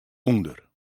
ûnder